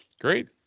Great